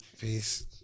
Peace